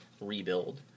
Rebuild